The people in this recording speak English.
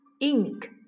Ink